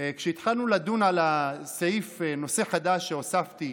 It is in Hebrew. כשהתחלנו לדון על סעיף הנושא החדש שהוספתי,